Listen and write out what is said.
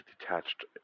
detached